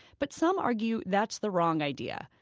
but some argue that's the wrong idea.